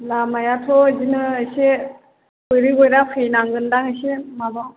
लामायाथ' बिदिनो एसे गयरि गयरा फैनांगोनदां एसे माबा